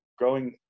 Growing